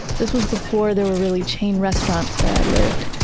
this was before there were really chain restaurants where i lived,